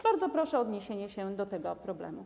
Bardzo proszę o odniesienie się do tego problemu.